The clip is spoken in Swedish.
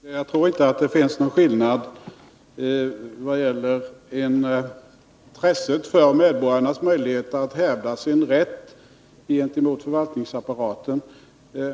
Fru talman! Jag tror inte att det är någon skillnad mellan Gunnar Biörck och mig när det gäller intresset för medborgarnas möjligheter att hävda sin rätt gentemot förvaltningen.